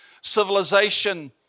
civilization